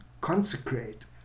consecrate